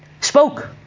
spoke